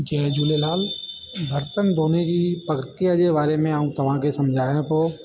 जय झूलेलाल बर्तन धोने जी प्रक्रिया जे बारे में आऊं तव्हां खे समिझायां थो